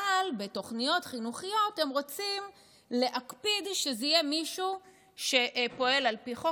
אבל בתוכניות חינוכיות הם רוצים להקפיד שזה יהיה מישהו שפועל על פי חוק.